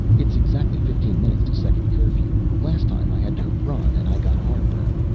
it's exactly fifteen minutes to second curfew. last time i had to run and i got heartburn.